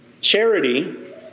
Charity